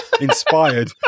inspired